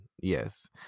Yes